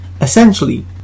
Essentially